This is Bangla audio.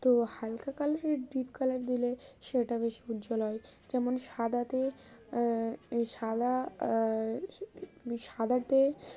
তো হালকা কালারের ডিপ কালার দিলে সেটা বেশি উজ্জ্বল হয় যেমন সাদাতে সাদা সাদাতে